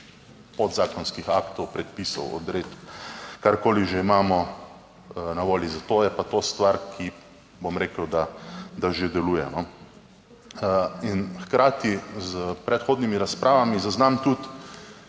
podzakonskih aktov, predpisov, odredb, karkoli že imamo na voljo za to. Je pa to stvar, ki, bom rekel, da že deluje. In hkrati s predhodnimi razpravami zaznam tudi